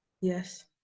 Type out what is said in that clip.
Yes